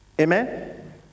amen